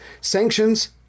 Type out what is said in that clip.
Sanctions